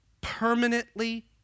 permanently